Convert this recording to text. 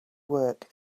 work